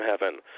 heaven